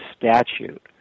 statute